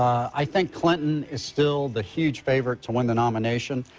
i think clinton is still the huge favorite to win the nomination.